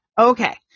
Okay